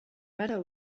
matter